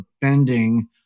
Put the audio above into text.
bending